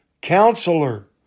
Counselor